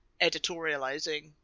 editorializing